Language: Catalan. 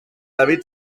david